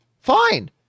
fine